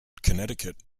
connecticut